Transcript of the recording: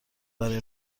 برای